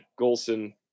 Golson